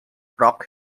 rock